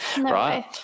right